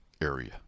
area